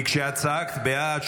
כי כשאת צעקת בעד,